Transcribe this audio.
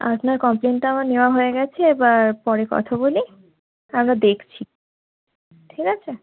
আপনার কমপ্লেনটাও নেওয়া হয়ে গেছে এবার পরে কথা বলি আমরা দেখছি ঠিক আছে